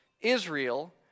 Israel